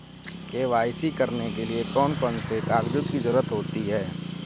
KYC करने के लिए कौन कौन से कागजों की जरूरत होती है?